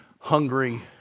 Hungry